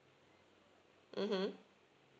mmhmm